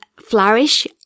flourish